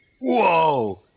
Whoa